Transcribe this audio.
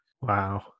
Wow